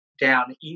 down